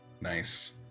Nice